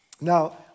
Now